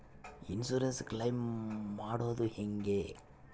Insurance claim ಮಾಡದು ಹೆಂಗೆ?